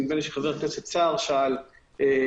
אני חושב שחבר הכנסת סער שאל שהצורך